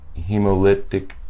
hemolytic